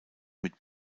mit